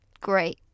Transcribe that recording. great